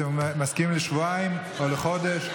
אתם מסכימים לשבועיים או לחודש?